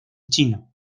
chino